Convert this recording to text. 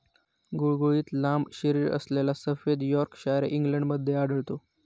गुळगुळीत लांब शरीरअसलेला सफेद यॉर्कशायर इंग्लंडमध्ये आढळतो